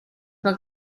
per